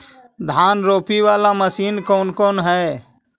धान रोपी बाला मशिन कौन कौन है?